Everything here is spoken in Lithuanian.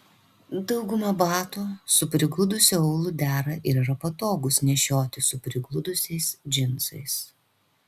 dauguma batų su prigludusiu aulu dera ir yra patogūs nešioti su prigludusiais džinsais